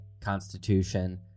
Constitution